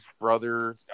brother